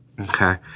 Okay